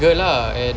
girl lah and